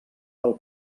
del